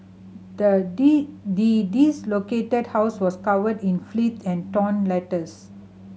the house was covered in and torn letters